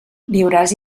viuràs